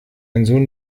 ein